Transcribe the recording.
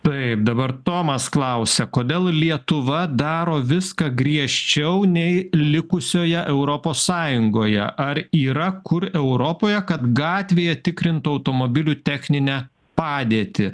taip dabar tomas klausia kodėl lietuva daro viską griežčiau nei likusioje europos sąjungoje ar yra kur europoje kad gatvėje tikrintų automobilių techninę padėtį